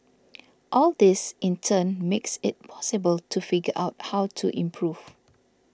all this in turn makes it possible to figure out how to improve